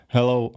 Hello